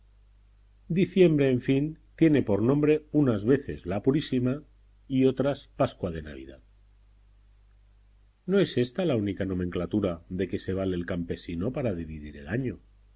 diciembre en fin tiene por nombre unas veces la purísima y otras pascua de navidad no es ésta la única nomenclatura de que se vale el campesino para dividir el año